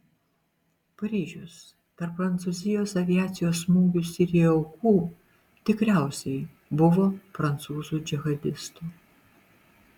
paryžius tarp prancūzijos aviacijos smūgių sirijoje aukų tikriausiai buvo prancūzų džihadistų